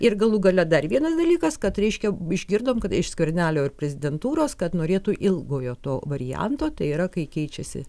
ir galų gale dar vienas dalykas kad reiškia išgirdom kad iš skvernelio ir prezidentūros kad norėtų ilgojo to varianto tai yra kai keičiasi